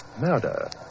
Murder